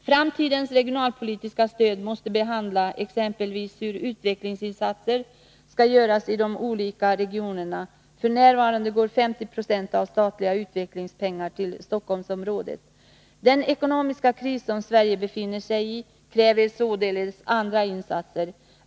Framtidens regionalpolitiska stöd måste handla om hur utvecklingsinsatser skall göras i de olika regionerna. F.n. går ca 50 20 av de statliga utvecklingspengarna till Stockholmsområdet. Den ekonomiska kris som Sverige befinner sig i kräver således andra insatser.